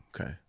Okay